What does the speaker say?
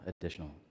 additional